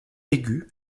aiguë